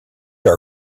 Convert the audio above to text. our